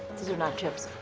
these are not chips.